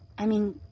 i mean,